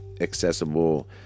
accessible